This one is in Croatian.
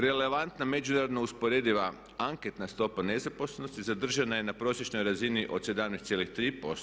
Relevantna međunarodno usporediva anketna nezaposlenosti zadržana je na prosječnoj razini od 17,3%